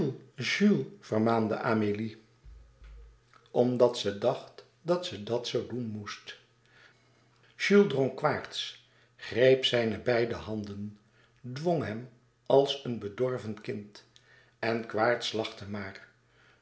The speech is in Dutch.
vermaande amélie omdat ze dacht dat ze dat zoo doen moest jules drong quaerts greep zijne beide handen dwong hem als een bedorven kind en quaerts lachte maar